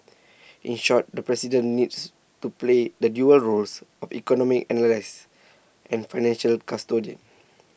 in short the president needs to play the dual roles of economic analyst and financial custodian